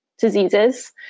diseases